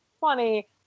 funny